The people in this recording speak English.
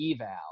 eval